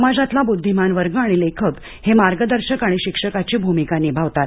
समाजातला बुद्धिमान वर्ग आणि लेखक हे मार्गदर्शक आणि शिक्षकाची भूमिका निभावतात